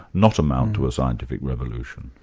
not amount to a scientific revolution?